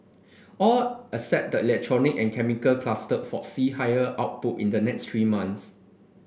all except the electronic and chemical cluster foresee higher output in the next three months